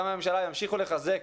גם הממשלה ימשיכו לחזק